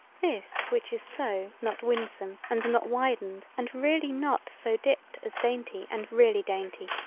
this which is so not winsome and not widened and really not so dipped as dainty and really dainty,